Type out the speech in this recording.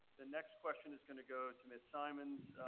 the next question is gonna go to miss simonds.